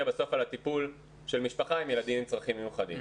על הטיפול של משפחה עם ילדים עם צרכים מיוחדים.